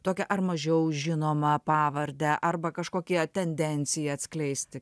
tokią ar mažiau žinomą pavardę arba kažkokie tendencijai atskleisti